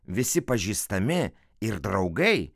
visi pažįstami ir draugai